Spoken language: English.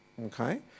okay